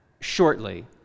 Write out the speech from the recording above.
shortly